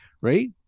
Right